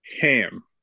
Ham